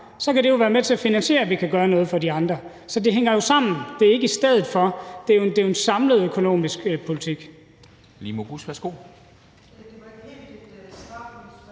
kan det jo være med til at finansiere, at vi kan gøre noget for de andre. Så det hænger jo sammen. Det er ikke i stedet for; det indgår i en samlet økonomisk politik.